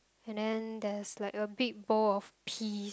and then there's like a big bowl of pea